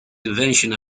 invention